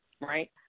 right